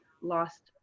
lost